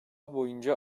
boyunca